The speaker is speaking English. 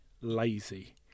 lazy